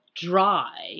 Dry